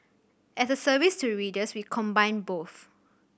as a service to readers we combine both